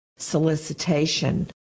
solicitation